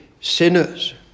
sinners